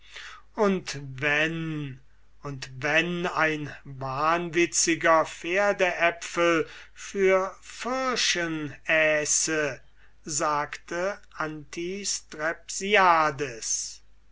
und wenn und wenn ein wahnwitziger pferdäpfel für pfirschen äße sagte